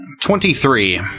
Twenty-three